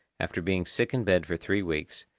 after being sick in bed for three weeks,